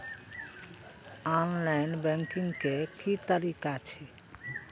Online banking के की तरीका छै?